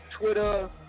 Twitter